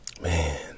Man